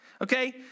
okay